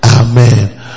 amen